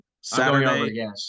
Saturday